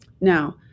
Now